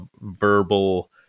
verbal